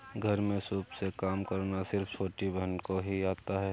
घर में सूप से काम करना सिर्फ छोटी बहन को ही आता है